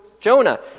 Jonah